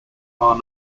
are